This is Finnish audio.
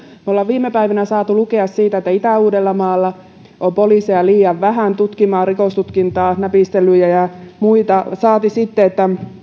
me olemme viime päivinä saaneet lukea siitä että itä uudellamaalla on liian vähän poliiseja rikostutkintaan tutkimaan näpistelyjä ja muita saati sitten